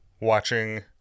watching